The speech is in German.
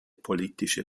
politische